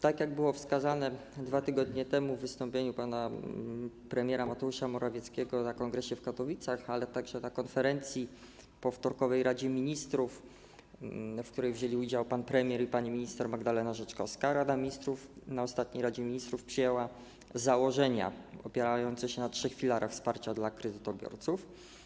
Tak jak zostało wskazane 2 tygodnie temu w wystąpieniu pana premiera Mateusza Morawieckiego na kongresie w Katowicach, ale także na konferencji po wtorkowym posiedzeniu Rady Ministrów, w którym wzięli udział pan premier i pani minister Magdalena Rzeczkowska, Rada Ministrów na ostatnim posiedzeniu Rady Ministrów przyjęła założenia opierające się na trzech filarach wsparcia dla kredytobiorców.